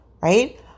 Right